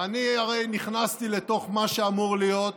ואני נכנסתי לתוך מה שאמור להיות